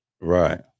right